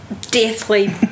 deathly